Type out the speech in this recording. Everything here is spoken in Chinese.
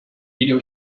遗留